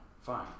Fine